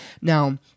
Now